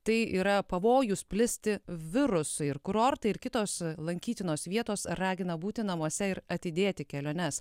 tai yra pavojus plisti virusui ir kurortai ir kitos lankytinos vietos ragina būti namuose ir atidėti keliones